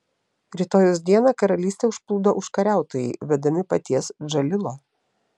rytojaus dieną karalystę užplūdo užkariautojai vedami paties džalilo